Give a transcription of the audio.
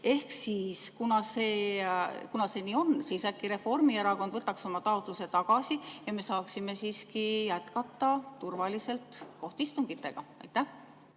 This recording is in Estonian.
poole. Kuna see nii on, siis äkki Reformierakond võtaks oma taotluse tagasi ja me saaksime siiski jätkata turvaliselt kohtistungitega? Aitäh,